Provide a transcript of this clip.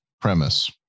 premise